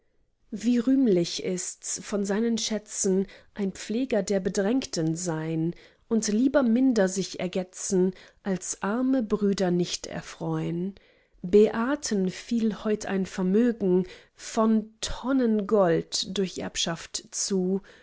wie rühmlich ists von seinen schätzen ein pfleger der bedrängten sein und lieber minder sich ergetzen als arme brüder nicht erfreun beaten fiel heut ein vermögen von tonnen golds durch erbschaft zu